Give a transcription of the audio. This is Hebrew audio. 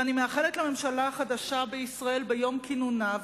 ואני מאחלת לממשלה החדשה בישראל ביום כינונה,